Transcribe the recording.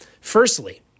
Firstly